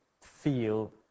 feel